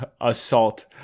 Assault